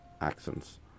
accents